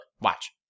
watch